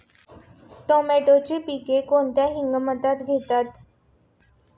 टोमॅटोचे पीक कोणत्या हंगामात घेतात?